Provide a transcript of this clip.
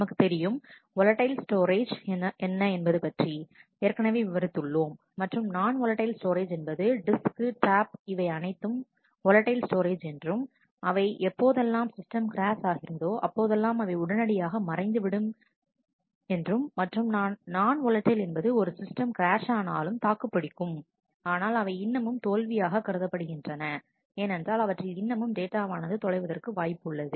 நமக்கு தெரியும் volatile storage என்ன என்பது பற்றி ஏற்கனவே விவரித்துள்ளோம் மற்றும் நான் ஓலடைல் ஸ்டோரேஜ் என்பது டிஸ்க் டேப் இவை அனைத்தும் ஓலடைல் ஸ்டோரேஜ் என்றும் அவை எப்போதெல்லாம் சிஸ்டம் கிராஷ் ஆகிறதோ அப்போதெல்லாம் அவை உடனடியாக மறைந்து விடும் மற்றும் நான் ஓலடைல் என்பது ஒரு சிஸ்டம் கிராஸ் ஆனாலும் தாக்குப்பிடிக்கும் ஆனால் அவை இன்னமும் தோல்வியாகவே கருதப்படுகின்றன ஏனென்றால் அவற்றில் இன்னமும் டேட்டா வானது தொலைவதற்கு வாய்ப்புள்ளது